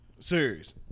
serious